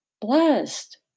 blessed